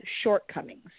shortcomings